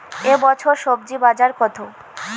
এ বছর স্বজি বাজার কত?